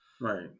Right